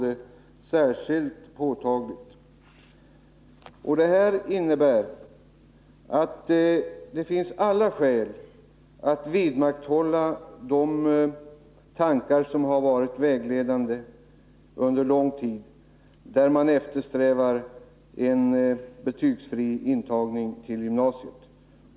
26 november 1981 Detta innebär att det finns alla skäl att vidmakthålla de tankar som varit vägledande under lång tid, där man eftersträvat en betygsfri intagning till gymnasiet.